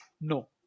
No